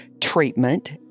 treatment